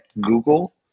Google